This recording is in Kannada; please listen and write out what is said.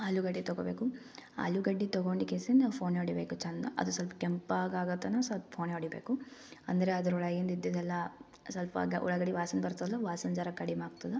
ಆಲುಗಡ್ಡೆ ತಗೋಬೇಕು ಆಲುಗಡ್ಡೆ ತಗೋಂಡಿಕೆಸನ್ ಫೋನೆ ಹೊಡಿಬೇಕು ಚಂದ ಅದು ಸ್ವಲ್ಪ ಕೆಂಪಗಾಗತನಕ ಸ್ವಲ್ಪ್ ಫೋನೆ ಹೊಡಿಬೇಕು ಅಂದರೆ ಅದ್ರೊಳಗಿಂದು ಇದ್ದಿದೆಲ್ಲ ಸ್ವಲ್ಪ ಉಳ್ಳಾಗಡ್ಡಿ ವಾಸನೆ ಬರ್ತಲ್ಲ ವಾಸನೆ ಜರ ಕಡಿಮೆ ಆಗ್ತದೆ